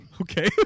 okay